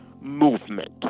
movement